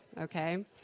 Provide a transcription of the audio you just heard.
okay